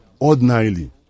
ordinarily